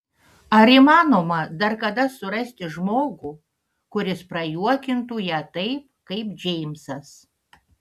ar įmanoma dar kada surasti žmogų kuris prajuokintų ją taip kaip džeimsas